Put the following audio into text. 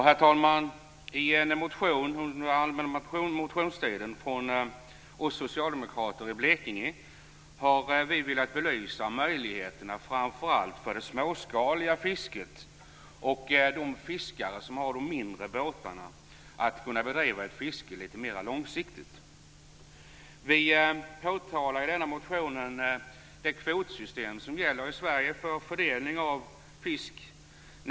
Herr talman! I en motion under den allmänna motionstiden har vi socialdemokrater i Blekinge velat belysa möjligheterna för framför allt fiskare med mindre båtar att bedriva ett litet mera långsiktigt småskaligt fiske. Vi pekar i motionen på det kvotsystem som gäller i Sverige för fördelning av fisk.